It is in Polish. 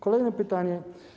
Kolejne pytanie.